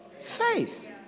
faith